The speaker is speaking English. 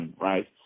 right